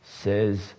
says